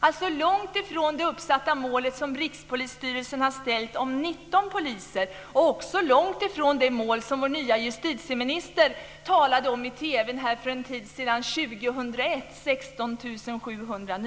Det är alltså långt ifrån det uppsatta målet som Rikspolisstyrelsen har ställt om 19 000 poliser och också långt ifrån det mål för 2001 som vår nya justitieminister talade om i TV för en tid sedan, nämligen 16 700